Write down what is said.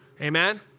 Amen